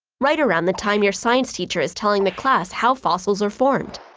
right around the time your science teacher is telling the class how fossils are formed.